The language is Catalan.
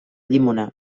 llimona